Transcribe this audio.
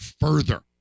further